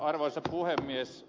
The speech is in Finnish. arvoisa puhemies